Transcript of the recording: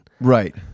Right